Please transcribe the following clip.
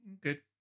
good